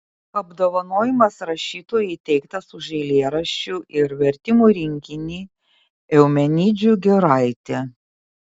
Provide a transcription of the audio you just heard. apdovanojimas rašytojui įteiktas už eilėraščių ir vertimų rinkinį eumenidžių giraitė